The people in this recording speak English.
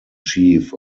chief